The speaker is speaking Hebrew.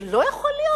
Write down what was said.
זה לא יכול להיות,